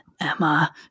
Emma